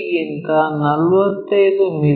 P ಗಿಂತ 45 ಮಿ